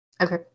Okay